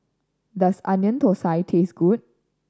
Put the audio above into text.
does Onion Thosai taste good